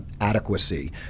adequacy